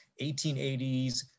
1880s